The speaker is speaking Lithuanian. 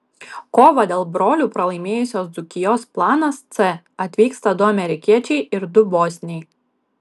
kovą dėl brolių pralaimėjusios dzūkijos planas c atvyksta du amerikiečiai ir du bosniai